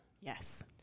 Yes